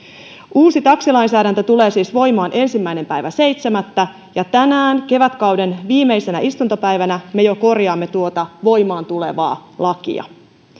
uusi taksilainsäädäntö tulee siis voimaan ensimmäinen seitsemättä ja tänään kevätkauden viimeisenä istuntopäivänä me jo korjaamme tuota voimaan tulevaa lakia